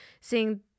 seeing